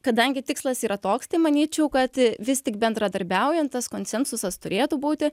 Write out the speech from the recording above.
kadangi tikslas yra toks tai manyčiau kad vis tik bendradarbiaujant tas konsensusas turėtų būti